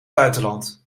buitenland